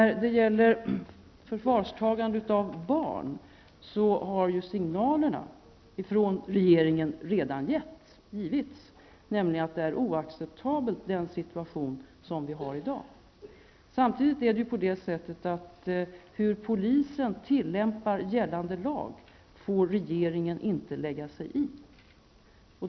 I fråga om förvartagande av barn har signalerna från regeringen redan givits, nämligen att den situation som vi har i dag är oacceptabel. Samtidigt får regeringen inte lägga sig i hur polisen tillämpar gällande lag.